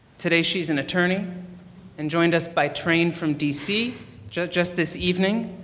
today she is an attorney and joined us by train from d c just just this evening.